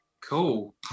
Cool